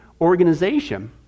organization